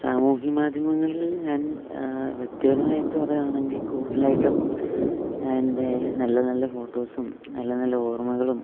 സാമൂഹിക മാധ്യമങ്ങളിൽ ഞാൻ വ്യക്തിപരമായിട്ട് പറയുകയാണെങ്കില് കൂടുതലായിട്ടും ഞാന് എൻ്റെ നല്ല നല്ല ഫോട്ടോസും നല്ല നല്ല ഓർമ്മകളും